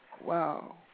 Wow